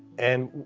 and